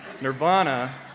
Nirvana